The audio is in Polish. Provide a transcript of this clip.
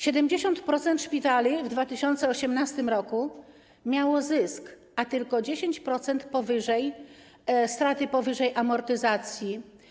70% szpitali w 2018 r. miało zysk, a tylko 10% straty powyżej amortyzacji.